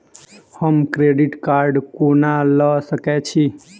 हम credit card कोना लऽ सकै छी?